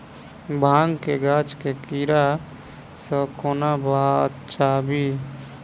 भांग केँ गाछ केँ कीड़ा सऽ कोना बचाबी?